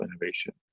innovation